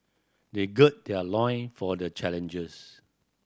they gird their loin for the challenge